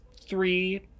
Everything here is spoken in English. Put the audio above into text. three